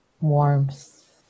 Warmth